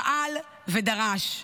שאל ודרש.